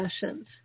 sessions